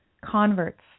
converts